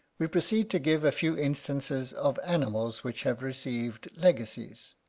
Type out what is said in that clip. we proceed to give a few instances of animals which have received legacies.